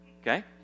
okay